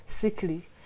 sickly